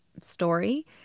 story